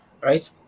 right